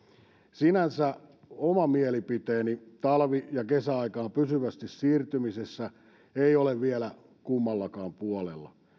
sinänsä oma mielipiteeni talvi ja kesäaikaan pysyvästi siirtymisestä ei ole vielä kummallakaan puolella